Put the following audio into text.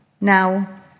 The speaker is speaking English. Now